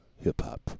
hip-hop